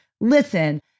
listen